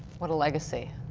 what a legacy.